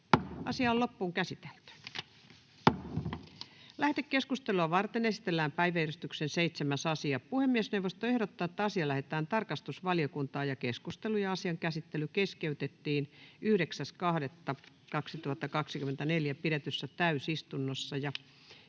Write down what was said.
ihan kannatettavana. Lähetekeskustelua varten esitellään päiväjärjestyksen 7. asia. Puhemiesneuvosto ehdottaa, että asia lähetetään tarkastusvaliokuntaan. Keskustelu ja asian käsittely keskeytettiin 9.2.2024 pidetyssä täysistunnossa.